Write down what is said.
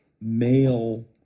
male